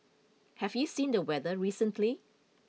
have you seen the weather recently